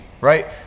right